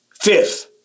Fifth